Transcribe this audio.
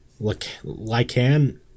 Lycan